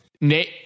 Nate